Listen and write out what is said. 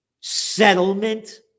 Settlement